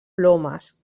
plomes